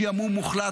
שעמום מוחלט,